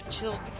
children